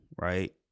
right